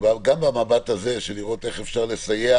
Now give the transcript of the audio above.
גם במבט של איך אפשר לסייע